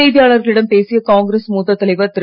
செய்தியாளர்களிடம் பேசிய காங்கிரஸ் மூத்த தலைவர் திரு